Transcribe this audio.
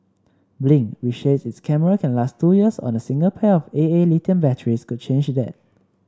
blink which says its cameras can last two years on a single pair of A A lithium batteries could change that